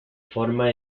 forma